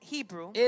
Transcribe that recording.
Hebrew